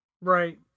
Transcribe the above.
Right